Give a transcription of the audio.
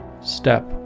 step